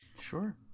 Sure